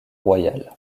royal